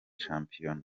shampiyona